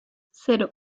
cero